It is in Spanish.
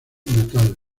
natal